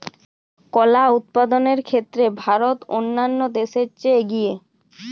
কলা উৎপাদনের ক্ষেত্রে ভারত অন্যান্য দেশের চেয়ে এগিয়ে